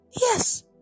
Yes